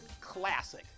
Classic